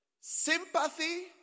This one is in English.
Sympathy